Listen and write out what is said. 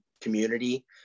community